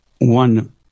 one